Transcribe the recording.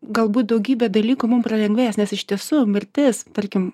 galbūt daugybė dalykų mum pralengvės nes iš tiesų mirtis tarkim